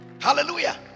Hallelujah